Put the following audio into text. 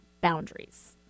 boundaries